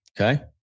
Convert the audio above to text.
Okay